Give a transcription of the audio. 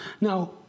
Now